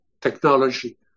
technology